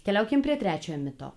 keliaukim prie trečiojo mito